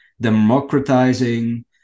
democratizing